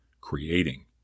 creating